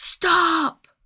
Stop